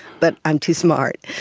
but i'm too smart.